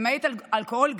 למעט אלכוהול,